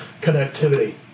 connectivity